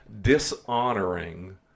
dishonoring